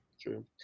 True